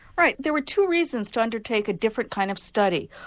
right there were two reasons to undertake a different kind of study.